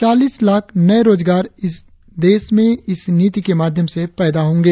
चालीस लाख़ नए रोजगार इस देश में इस नीति के माध्यम से पैदा होंगे